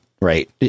Right